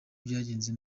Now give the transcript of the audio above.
byagenze